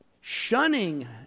shunning